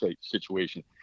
situation